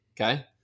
Okay